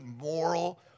moral